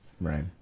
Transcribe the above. Right